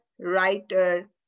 writer